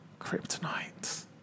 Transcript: Kryptonite